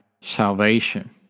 salvation